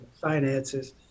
finances